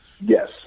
Yes